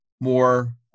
more